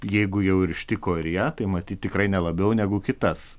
jeigu jau ir ištiko ir ją tai matyt tikrai ne labiau negu kitas